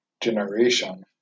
generation